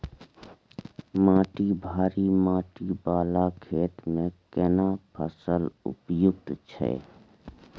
माटी भारी माटी वाला खेत में केना फसल उपयुक्त छैय?